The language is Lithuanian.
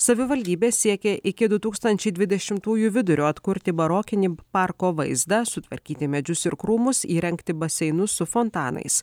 savivaldybė siekia iki du tūkstančiai dvidešimtųjų vidurio atkurti barokinį parko vaizdą sutvarkyti medžius ir krūmus įrengti baseinus su fontanais